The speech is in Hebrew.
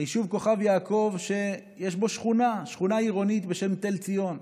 יש בו שכונה עירונית בשם תל ציון.